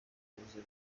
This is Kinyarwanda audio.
abuze